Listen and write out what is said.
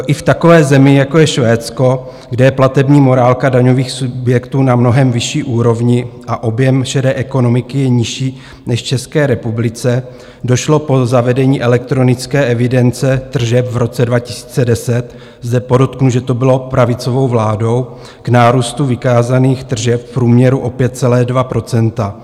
I v takové zemi, jako je Švédsko, kde je platební morálka daňových subjektů na mnohem vyšší úrovni a objem šedé ekonomiky nižší než v České republice, došlo po zavedení elektronické evidence tržeb v roce 2010 zde podotknu, že to bylo pravicovou vládou k nárůstu vykázaných tržeb v průměru o 5,2 %.